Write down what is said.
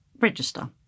register